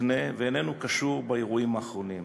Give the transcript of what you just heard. מותנה ואיננו קשור באירועים האחרונים,